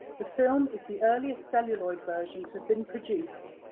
the film is the earliest celluloid version to have been produced,